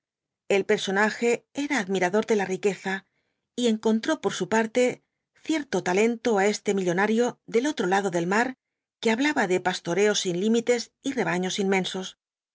el personaje era admirador de la riqueza y encontró por su parte v bliasco ibáñbz cierto talento á este millonario del otro lado del mar que hablaba de pastoreos sin límites y rebaños inmensos